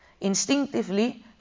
instinctively